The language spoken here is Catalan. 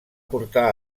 portar